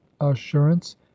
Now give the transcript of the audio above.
assurance